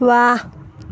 ৱাহ